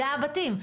זה הבתים,